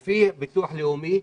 לפי הביטוח הלאומי,